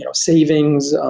and savings,